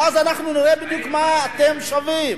ואז אנחנו נראה בדיוק מה אתם שווים.